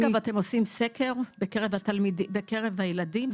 אגב, אתם עושים סקר בקרב הילדים?